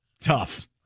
tough